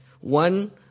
One